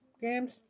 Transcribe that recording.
games